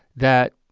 that